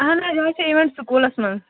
اَہَن حظ یہِ حظ چھ اِیوینٛٹ سکوٗلس منٛز